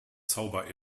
zauber